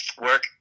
work